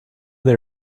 they